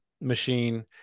machine